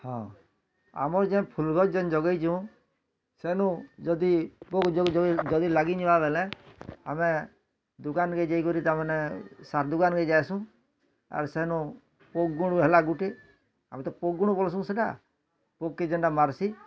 ହଁ ଆମର୍ ଯେ ଫୁଲ୍ ଯେନ୍ ଜଗେଇଛୁ ସେନୁ ଯଦି ପୋକ୍ ଜୋକ୍ ଯୋଗେ ଯଦି ଲାଗି ଜିମା ବେଲେ ଆମେ ଦୁକାନ୍ କେ ଯାଇକରି ତା ମାନେ ସାର୍ ଦୁକାନ୍ କେ ଯାଏସୁ ଆର୍ ସେନୁ ପୋକ୍ ଗୁଣ ହେଲା ଗୁଟେ ଆମେ ତ ପୋକ୍ ଗୁଣ ବୋଲସୁ ସେଟା ପୋକ୍ କେ ଯେଣ୍ଟା ମାରସି